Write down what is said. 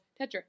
Tetra